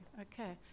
Okay